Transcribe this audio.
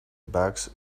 bags